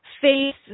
face